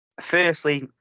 Firstly